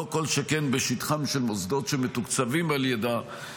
לא כל שכן בשטחם של מוסדות שמתוקצבים על ידה,